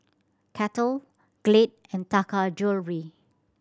Kettle Glade and Taka Jewelry